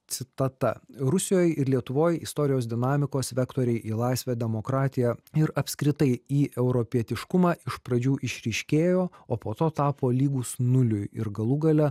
citata rusijoj ir lietuvoj istorijos dinamikos vektoriai į laisvę demokratiją ir apskritai į europietiškumą iš pradžių išryškėjo o po to tapo lygūs nuliui ir galų gale